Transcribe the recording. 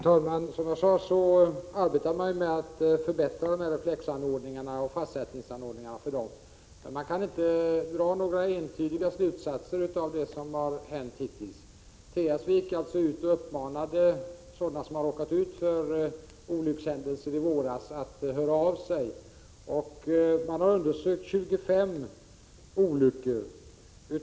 Herr talman! Som jag sade arbetar man med att förbättra reflexanordningarna och fastsättningsanordningarna för dem. Men man kan inte dra några entydiga slutsatser av det som hittills har hänt. TSV gick ut och uppmanade dem som hade råkat ut för olyckshändelser i våras att höra av sig. Man har undersökt 25 olyckor.